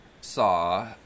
saw